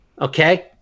Okay